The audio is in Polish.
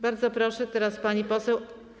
Bardzo proszę, teraz pani poseł.